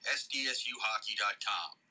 sdsuhockey.com